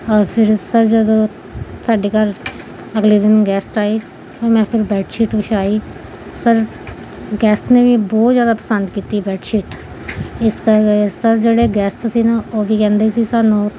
ਔਰ ਫਿਰ ਸਰ ਜਦੋਂ ਸਾਡੇ ਘਰ ਅਗਲੇ ਦਿਨ ਗੈਸਟ ਆਏ ਫਿਰ ਮੈਂ ਫਿਰ ਬੈਡ ਸ਼ੀਟ ਵਿਛਾਈ ਸਰ ਗੈਸਟ ਨੇ ਵੀ ਬਹੁਤ ਜ਼ਿਆਦਾ ਪਸੰਦ ਕੀਤੀ ਬੈਡ ਸ਼ੀਟ ਇਸ ਕਰਕੇ ਸਰ ਜਿਹੜੇ ਗੈਸਟ ਸੀ ਨਾ ਉਹ ਵੀ ਕਹਿੰਦੇ ਸੀ ਸਾਨੂੰ